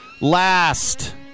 last